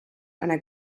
einer